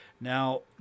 Now